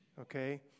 okay